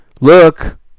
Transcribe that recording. look